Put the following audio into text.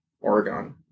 Oregon